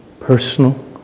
personal